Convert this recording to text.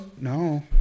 No